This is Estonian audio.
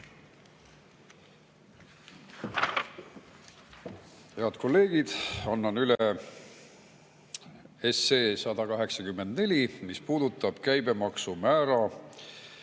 Head kolleegid! Annan üle 184 SE, mis puudutab käibemaksumäära